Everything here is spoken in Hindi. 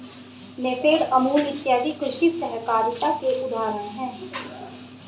नेफेड, अमूल इत्यादि कृषि सहकारिता के उदाहरण हैं